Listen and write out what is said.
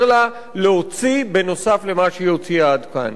לה להוציא בנוסף למה שהיא הוציאה עד כאן.